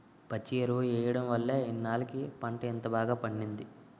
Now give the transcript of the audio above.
పచ్చి ఎరువు ఎయ్యడం వల్లే ఇన్నాల్లకి పంట ఇంత బాగా పండింది